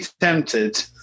tempted